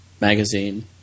magazine